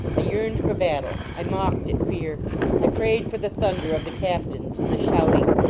i yearned for battle i mocked at fear i prayed for the thunder of the captains and the shouting,